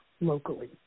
locally